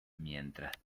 mientras